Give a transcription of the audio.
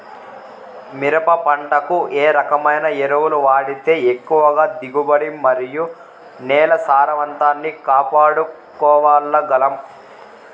మిరప పంట కు ఏ రకమైన ఎరువులు వాడితే ఎక్కువగా దిగుబడి మరియు నేల సారవంతాన్ని కాపాడుకోవాల్ల గలం?